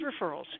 referrals